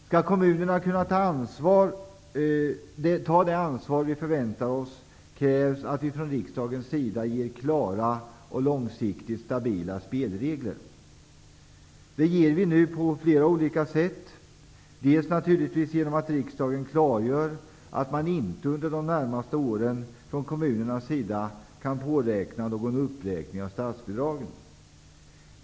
Skall kommunerna kunna ta det ansvar vi förväntar oss krävs det att vi från riksdagens sida ger klara och långsiktigt stabila spelregler. Det ges nu på flera olika sätt. Dels genom att riksdagen klargör att kommunerna inte de närmaste åren kan påräkna någon uppräkning av statsbidragen.